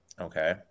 Okay